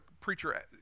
preacher